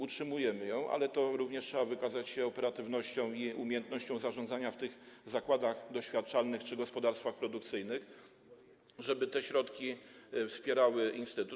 Utrzymujemy to, ale to również trzeba wykazać się operatywnością i umiejętnością zarządzania w tych zakładach doświadczalnych czy gospodarstwach produkcyjnych, żeby te środki wspierały instytut.